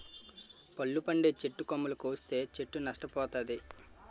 పళ్ళు పండే చెట్టు కొమ్మలు కోస్తే చెట్టు నష్ట పోతాది